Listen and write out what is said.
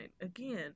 Again